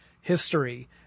history